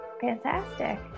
Fantastic